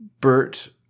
Bert